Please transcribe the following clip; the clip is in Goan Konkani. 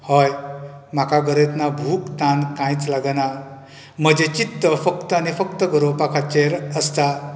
हय म्हाका गोरयतना भूक तान कांयच लागना म्हजें चित्त फक्त आनी फक्त गरोवपाचेर आसता